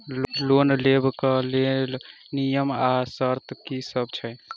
Loan लेबऽ कऽ लेल नियम आ शर्त की सब छई?